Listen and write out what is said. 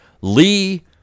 Lee